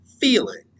feeling